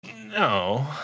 No